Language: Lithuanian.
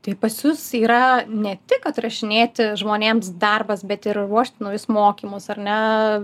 tai pas jus yra ne tik kad rašinėti žmonėms darbas bet ir ruošti naujus mokymus ar ne